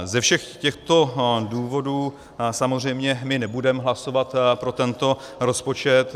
Ze všech těchto důvodů samozřejmě my nebudeme hlasovat pro tento rozpočet.